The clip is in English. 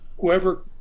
whoever